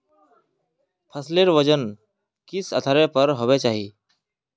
फसलेर वजन किस आधार पर होबे चही?